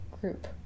group